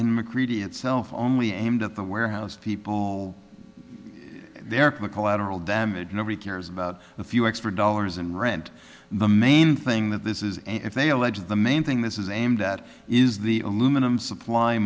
mccready itself only aimed at the warehouse people there collateral damage nobody cares about a few extra dollars in rent the main thing that this is and if they allege the main thing this is aimed at is the aluminum supply